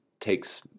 takes